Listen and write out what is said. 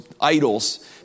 idols